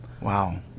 Wow